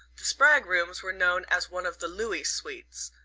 the spragg rooms were known as one of the looey suites,